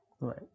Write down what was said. Right